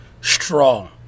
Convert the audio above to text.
strong